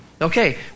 Okay